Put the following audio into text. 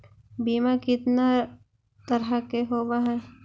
बीमा कितना तरह के होव हइ?